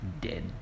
Dead